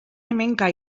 hemenka